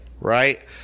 right